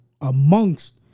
amongst